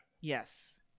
yes